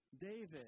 David